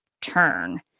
turn